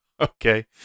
Okay